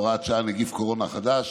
הוראת שעה) (נגיף הקורונה החדש)